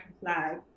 flag